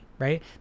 Right